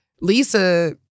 Lisa